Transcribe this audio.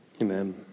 Amen